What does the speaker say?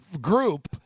group